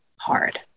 hard